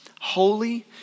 holy